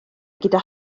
gyda